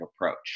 approach